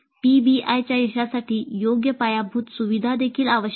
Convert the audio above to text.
पीबीआयच्या यशासाठी योग्य पायाभूत सुविधा देखील आवश्यक आहेत